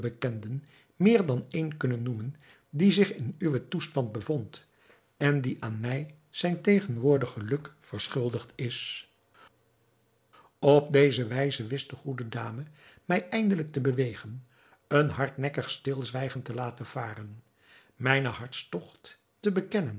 bekenden meer dan een kunnen noemen die zich in uwen toestand bevond en die aan mij zijn tegenwoordig geluk verschuldigd is op deze wijze wist de goede dame mij eindelijk te bewegen een hardnekkig stilzwijgen te laten varen mijnen hartstogt te bekennen